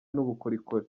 n’ubukorikori